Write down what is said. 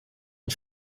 und